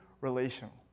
relational